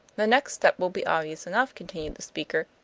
the next step will be obvious enough, continued the speaker,